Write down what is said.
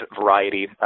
variety